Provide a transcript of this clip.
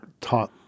taught